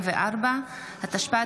3) (חובת דיווח), התשפ"ד